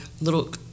little